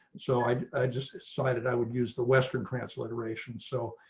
so i just decided i would use the western transliteration so